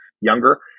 younger